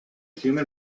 human